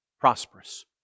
Prosperous